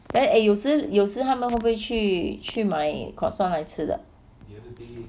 then eh 有时有时他们会不会去去买 croissant 来吃的